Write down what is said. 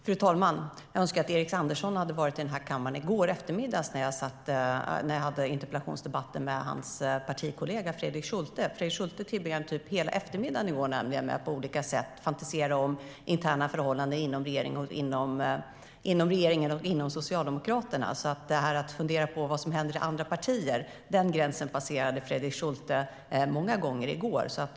Fru talman! Jag önskar att Erik Andersson hade varit i den här kammaren i går eftermiddag när jag hade en interpellationsdebatt med hans partikollega Fredrik Schulte. Fredrik Schulte tillbringade nämligen hela eftermiddagen med att på olika sätt fantisera om interna förhållanden inom regeringen och Socialdemokraterna. När det gäller att fundera på vad som händer i andra partier passerade Fredrik Schulte den gränsen många gånger i går.